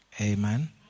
Amen